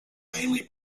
mainly